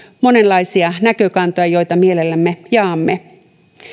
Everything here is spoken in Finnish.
monenlaisia näkökantoja joita mielellämme jaamme